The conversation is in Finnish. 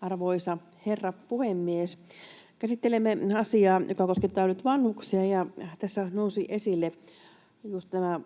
Arvoisa herra puhemies! Käsittelemme asiaa, joka koskettaa nyt vanhuksia, ja tässä nousivat esille nämä